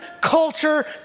culture